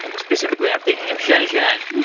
specifically, i'm thinking of xinjiang.